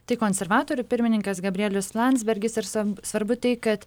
tai konservatorių pirmininkas gabrielius landsbergis ir sav svarbu tai kad